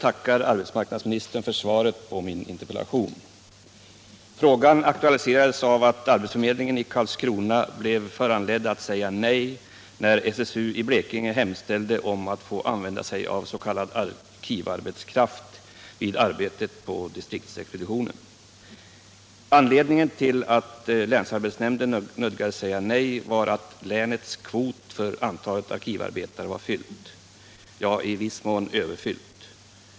Herr talman! Frågan aktualiserades av att arbetsförmedlingen i Karlskrona blev föranledd att säga nej, när SSU i Blekinge hemställde om att få använda s.k. arkivarbetskraft vid arbetet på distriktsexpeditionen. Anledningen till att länsarbetsnämnden nödgades säga nej var att länets kvot för arkivarbetare var fylld — ja, i viss mån överfylld.